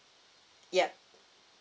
ya